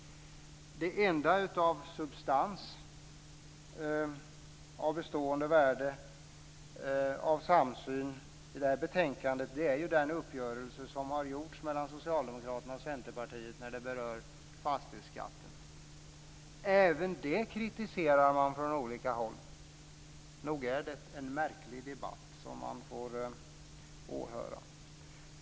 Det enda av substans, av bestående värde och av samsyn i betänkandet är den uppgörelse som har gjorts mellan Socialdemokraterna och Centerpartiet som berör fastighetsskatten. Även den kritiserar man från olika håll. Nog är det en märklig debatt som man får åhöra.